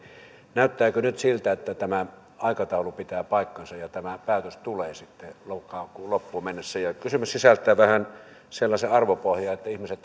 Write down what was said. näyttääkö nyt siltä että tämä aikataulu pitää paikkansa ja tämä päätös tulee sitten lokakuun loppuun mennessä ja kysymys sisältää vähän sellaisen arvopohjan että ihmiset